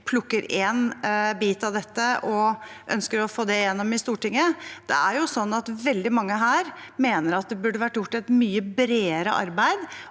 plukker én bit av dette og ønsker å få det igjennom i Stortinget. Det er slik at veldig mange her mener at det burde vært gjort et mye bredere arbeid,